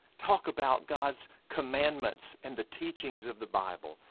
talk about god's commandments and the teachings of the bible.